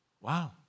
Wow